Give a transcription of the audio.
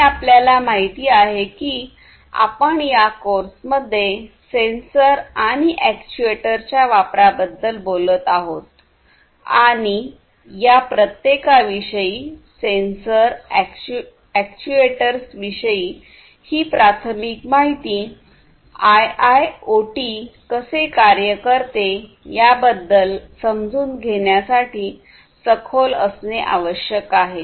आणि आपल्याला माहिती आहे की आपण या कोर्समध्ये सेन्सर आणि अॅक्ट्युएटरच्या वापराबद्दल बोलत आहोत आणि या प्रत्येकाविषयी सेन्सॉर आणि अॅक्ट्युएटर्सविषयी ही प्राथमिक माहिती आयआयओटी कसे कार्य करते याबद्दल समजून घेण्यासाठी सखोल असणे आवश्यक आहे